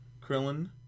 Krillin